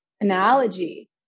analogy